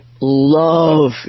love